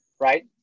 right